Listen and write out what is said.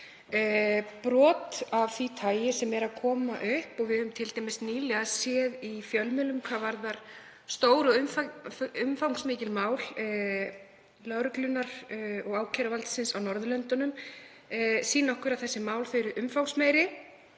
Brot af því tagi sem eru að koma upp og við höfum t.d. nýlega séð í fjölmiðlum hvað varðar stór og umfangsmikil mál lögreglunnar og ákæruvaldsins á Norðurlöndunum sýna okkur að málin eru umfangsmeiri,